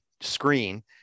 screen